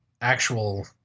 actual